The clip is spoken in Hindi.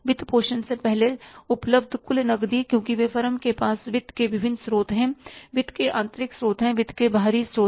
वित्तपोषण से पहले उपलब्ध कुल नकदी क्योंकि वे फर्म के पास वित्त के विभिन्न स्रोत हैं वित्त के आंतरिक स्रोत वित्त के बाहरी स्रोत